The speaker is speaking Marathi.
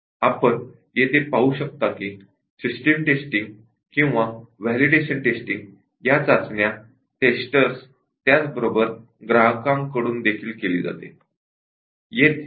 आपण येथे पाहू शकता की सिस्टम टेस्टिंग किंवा व्हॅलिडेशन टेस्टिंग टेस्टर्स त्याचबरोबर ग्राहकांकडून देखील केली जाते